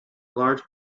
large